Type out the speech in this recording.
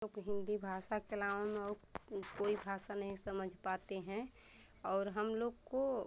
लोग हिन्दी भाषा के अलावा में और कोई भाषा नहीं समझ पाते हैं और हम लोग को